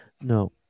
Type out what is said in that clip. no